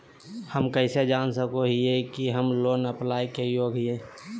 हम कइसे जान सको हियै कि हम लोन अप्लाई के योग्य हियै?